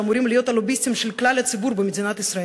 שאמורים להיות הלוביסטים של כלל הציבור במדינת ישראל,